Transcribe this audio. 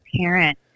parent